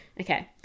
Okay